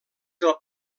del